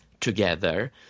together